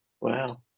Wow